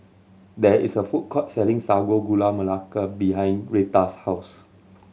there is a food court selling Sago Gula Melaka behind Rheta's house